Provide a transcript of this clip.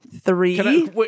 Three